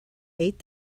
ate